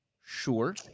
Sure